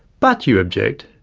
but you object,